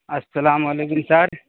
السلام علیکم سر